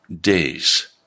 days